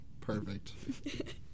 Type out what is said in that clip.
Perfect